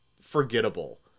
forgettable